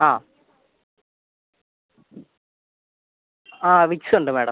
ആ ആ വിക്സ് ഉണ്ട് മാഡം